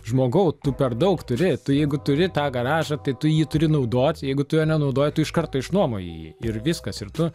žmogau tu per daug turi tu jeigu turi tą garažą tai tu jį turi naudot jeigu tu jo nenaudoji tu iš karto išnuomojo jį ir viskas ir tu